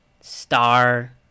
star